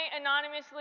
anonymously